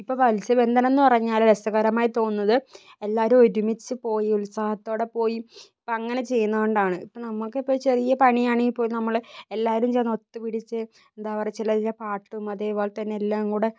ഇപ്പം മത്സ്യബന്ധനം എന്ന് പറഞ്ഞാല് രസകരമായി തോന്നുന്നത് എല്ലാവരും ഒരുമിച്ചു പോയി ഉത്സാഹത്തോടെ പോയി അങ്ങനെ ചെയ്യുന്നത് കൊണ്ടാണ് ഇപ്പം നമുക്കിപ്പോൾ ചെറിയ പണി ആണെങ്കില് പോലും നമ്മള് എല്ലാവരും ചേർന്ന് ഒത്തു പിടിച്ച് എന്താ പറയുക ചിലര് പാട്ടും അതുപോലെതന്നെ എല്ലാം കൂടെ